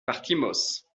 partimos